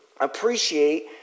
appreciate